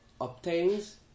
obtains